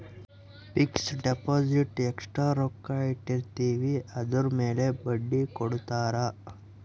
fix deposit ಎಸ್ಟ ರೊಕ್ಕ ಇಟ್ಟಿರ್ತಿವಿ ಅದುರ್ ಮೇಲೆ ಬಡ್ಡಿ ಕೊಡತಾರ